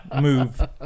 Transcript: Move